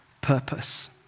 purpose